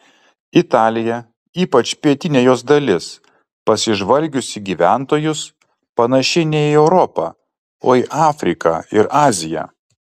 italija ypač pietinė jos dalis pasižvalgius į gyventojus panaši ne į europą o į afriką ir aziją